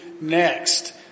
next